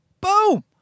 Boom